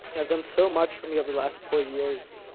have done so much for me over the last four years.